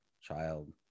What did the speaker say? child